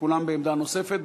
כולם בעמדה נוספת.